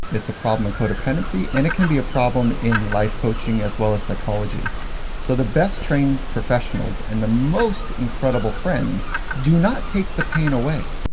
it's a problem in co-dependency and it can be a problem in life coaching as well as psychology so the best trained professionals and the most incredible friends do not take the pain away.